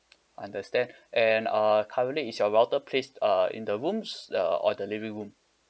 understand and uh currently is your router placed uh in the rooms uh or the living room